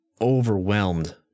overwhelmed